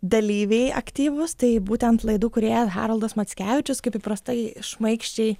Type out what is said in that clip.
dalyviai aktyvūs tai būtent laidų kūrėjas haroldas mackevičius kaip įprastai šmaikščiai